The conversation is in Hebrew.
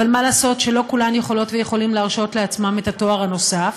אבל מה לעשות שלא כולן יכולות ויכולים להרשות לעצמם את התואר הנוסף,